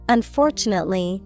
Unfortunately